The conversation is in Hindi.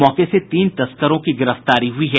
मौके से तीन तस्करों की गिरफ्तारी हुई है